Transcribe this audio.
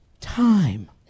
Time